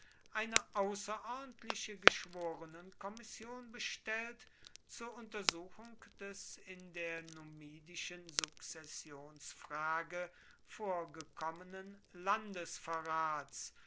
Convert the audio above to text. eine außerordentliche geschworenenkommission bestellt zur untersuchung des in der numidischen sukzessionsfrage vorgekommenen